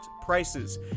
prices